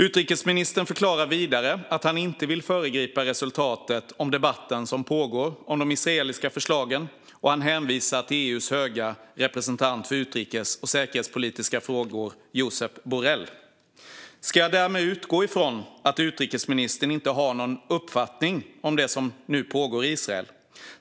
Utrikesministern förklarar vidare att han inte vill föregripa resultatet av den debatt som pågår om de israeliska förslagen, och han hänvisar till EU:s höga representant för utrikes och säkerhetspolitiska frågor Josep Borrell. Ska jag därmed utgå från att utrikesministern inte har någon uppfattning om det som nu pågår i Israel?